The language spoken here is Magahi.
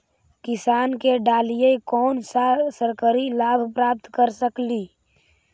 किसान के डालीय कोन सा सरकरी लाभ प्राप्त कर सकली?